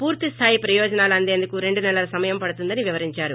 పూర్తిస్లాయి ప్రయోజనాలు అందేందుకు రెండు నెలల సమయం పడుతుందని వివరించారు